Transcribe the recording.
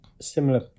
similar